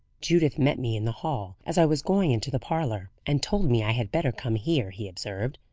judith met me in the hall as i was going into the parlour, and told me i had better come here, he observed.